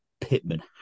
Pittman